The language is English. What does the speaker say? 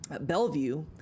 Bellevue